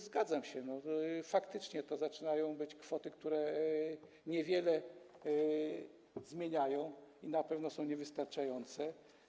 Zgadzam się, faktycznie to zaczynają być kwoty, które niewiele zmieniają, na pewno są niewystarczające.